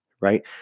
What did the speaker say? right